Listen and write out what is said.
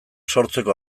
sortzeko